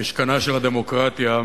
משכנה של הדמוקרטיה,